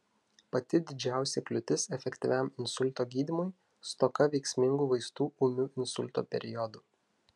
pati didžiausia kliūtis efektyviam insulto gydymui stoka veiksmingų vaistų ūmiu insulto periodu